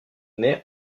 naît